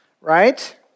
right